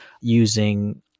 using